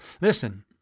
listen